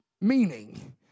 meaning